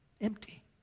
Empty